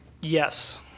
yes